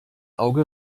auge